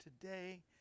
today